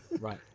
Right